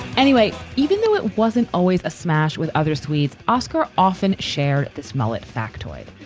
anyway, even though it wasn't always a smash with other swedes, oscar often shared this mullet factoid.